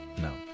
No